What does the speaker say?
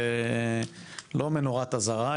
לא כמנורת אזהרה,